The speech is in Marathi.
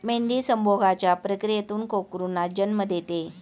मेंढी संभोगाच्या प्रक्रियेतून कोकरूंना जन्म देते